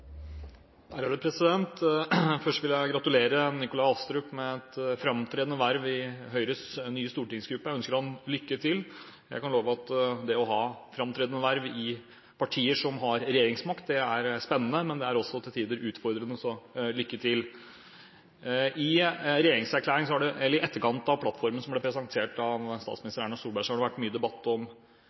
Først vil jeg gratulere Nikolai Astrup med et framtredende verv i Høyres nye stortingsgruppe. Jeg ønsker ham lykke til. Jeg kan love at det å ha framtredende verv i partier som har regjeringsmakt, er spennende, men det er til tider også utfordrende, så lykke til. I etterkant av plattformen som ble presentert av statsminister Erna Solberg, har det vært mye debatt om